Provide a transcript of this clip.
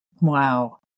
Wow